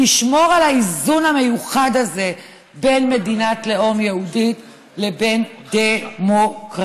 לשמור על האיזון המיוחד הזה בין מדינת לאום יהודית לבין דמוקרטיה.